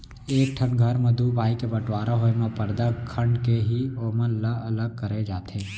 एक ठन घर म दू भाई के बँटवारा होय म परदा खंड़ के ही ओमन ल अलग करे जाथे